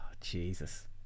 Jesus